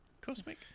Cosmic